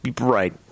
Right